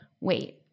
wait